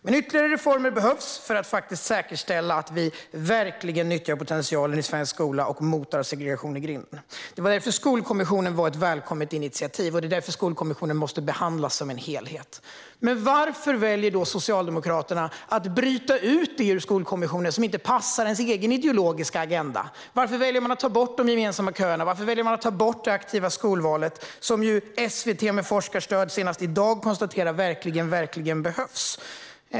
Men ytterligare reformer behövs för att säkerställa att man verkligen nyttjar potentialen i svensk skola och mottar segregationen i grind. Det var därför som Skolkommissionen var ett välkommet initiativ, och det är därför som Skolkommissionen måste behandlas som en helhet. Men varför väljer då Socialdemokraterna att bryta ut det ur Skolkommissionen som inte passar ens egen ideologiska agenda? Varför väljer de att ta bort de gemensamma köerna, varför väljer de att ta bort det aktiva skolvalet som ju SVT med forskarstöd senast i dag konstaterade verkligen behövs?